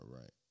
right